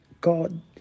God